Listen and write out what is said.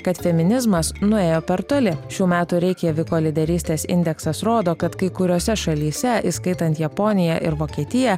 kad feminizmas nuėjo per toli šių metų reikjaviko lyderystės indeksas rodo kad kai kuriose šalyse įskaitant japoniją ir vokietiją